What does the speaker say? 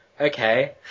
okay